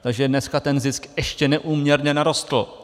Takže dneska ten zisk ještě neúměrně narostl.